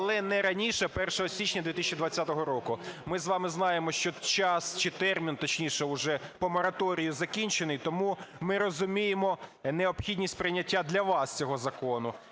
але не раніше 1 січня 2020 року. Ми з вами знаємо, що час чи термін, точніше, уже по мораторію закінчений, тому ми розуміємо необхідність прийняття для вас цього закону.